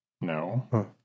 No